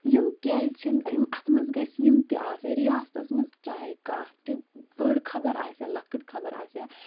یِم کیٛازِ چھِنہٕ یِم اَتھ منٛز گٔژھۍ یِم تہِ آسٕنۍ رِیاسَتس منٛز چاہے کانٛہہ تہِ بٔڑ خبر آسیٛا لۄکٕٹ خبر آسیٛا